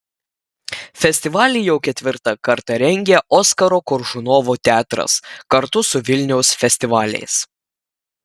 festivalį jau ketvirtą kartą rengia oskaro koršunovo teatras kartu su vilniaus festivaliais